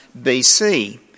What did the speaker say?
BC